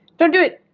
don't do it